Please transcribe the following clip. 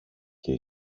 και